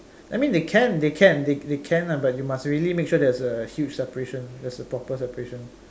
I mean they can they can they they can lah but you must really make sure there's a huge separation there's a proper separation